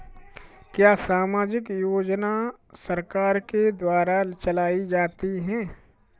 क्या सामाजिक योजना सरकार के द्वारा चलाई जाती है?